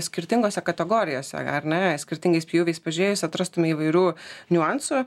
skirtingose kategorijose ar ne skirtingais pjūviais pažiūrėjus atrastume įvairių niuansų